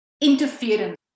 interference